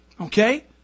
Okay